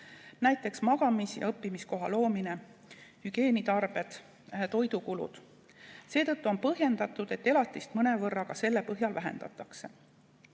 näiteks magamis‑ ja õppimiskoha loomise, hügieenitarvete ja toidukulud. Seetõttu on põhjendatud, et elatist mõnevõrra ka selle põhjal vähendatakse.